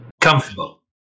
Comfortable